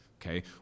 okay